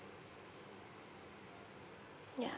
ya